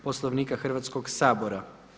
Poslovnika Hrvatskog sabora.